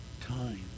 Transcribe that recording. time